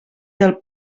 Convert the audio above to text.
del